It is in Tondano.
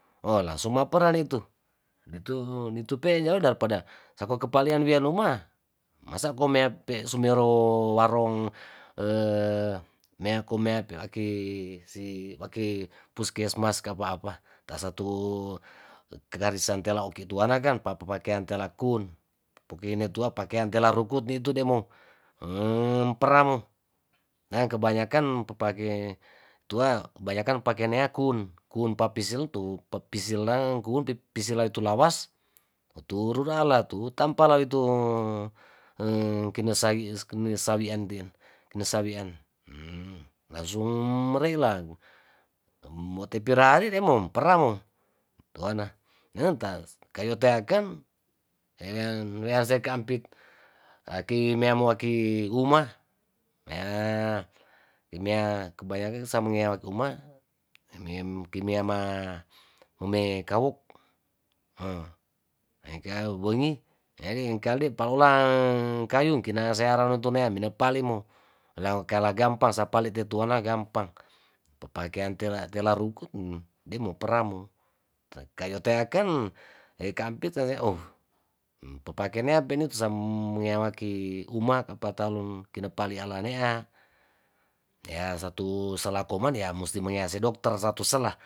O langsung maperan itu, nitu nitu pe daripada sakokepalean wianuma masa komea pe sumero warong mea kumea pe aki si waki puskesmas kapa apa tasatu gerisan oki tuana kang papakean tealakun pukieni tua pakean tela rukut nitu deamo emm peramo neg kebanyakan papake tua banyakan pake neakun kun papisil tu papisil kun pilisdang kun pisilaitu lawas oturu ala tu tampa lawitung kinesaiki kinesawian ntien kenesawian heem langsung meri'lan motepira' re mom pira mo tuana nenta kayo' teaken ean wean sekaampit aki meamo aki uma mea imea kebayakan samoangeat uma emem kimiama mome kawok hoo, hengka wengi hengka we palola kanyung kinaa seang roruntunea minopali mo lawo keala gampang sapale tetuana gampang papakean tela tela rukut mo demo peramo kayo teaken ekampit saja ohh papakenea peniut sameyawaki umak apatalun kinapali alanea kea satu salakoman ya musti mangease dokter satu sela.